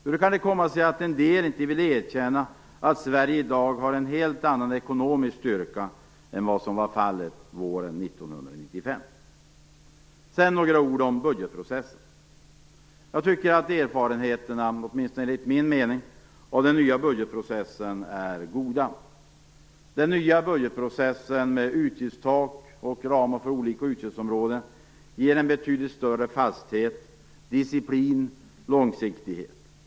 Hur kan det komma sig att en del inte vill erkänna att Sverige i dag har en helt annan ekonomisk styrka än vad som var fallet våren 1995? Sedan vill jag säga några ord om den nya budgetprocessen. Erfarenheterna är, åtminstone enligt min mening, mycket goda. Den nya budgetprocessen med utgiftstak och ramar för olika utgiftsområden ger en betydligt större fasthet, disciplin och långsiktighet.